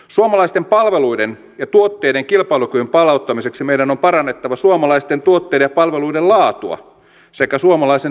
suomalaisten palveluiden ja tuotteiden kilpailukyvyn palauttamiseksi meidän on parannettava suomalaisten tuotteiden ja palveluiden laatua sekä suomalaisen työn tuottavuutta